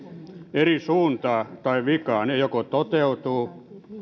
eri suuntaa tai vikaa ne joko toteutuvat